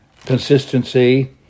consistency